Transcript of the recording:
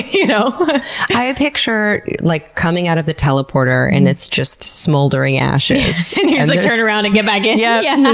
you know i picture like coming out of the teleporter and it's just smoldering ashes. and you just like turn around and get back in. yeah. yeah and